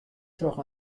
troch